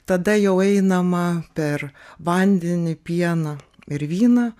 tada jau einama per vandenį pieną ir vyną